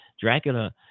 Dracula